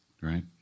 right